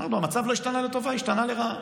אמרנו, המצב לא השתנה לטובה, הוא השתנה לרעה.